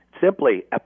Simply